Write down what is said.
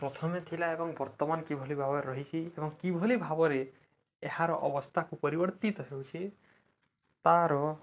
ପ୍ରଥମେ ଥିଲା ଏବଂ ବର୍ତ୍ତମାନ କିଭଳି ଭାବରେ ରହିଛି ଏବଂ କିଭଳି ଭାବରେ ଏହାର ଅବସ୍ଥାକୁ ପରିବର୍ତ୍ତିତ ହେଉଛି ତା'ର